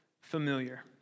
familiar